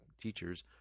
teachers